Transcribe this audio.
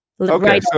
Okay